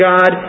God